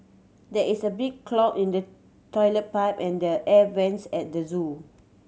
there is a big clog in the toilet pipe and the air vents at the zoo